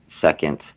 second